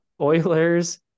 Oilers